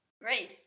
Great